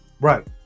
Right